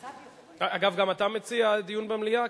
אגב, גם אתה מציע דיון במליאה?